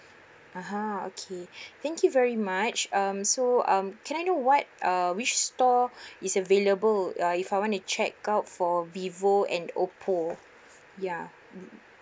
ah ha okay thank you very much um so um can I know what uh which store is available uh if I want to check out for vivo and oppo ya mm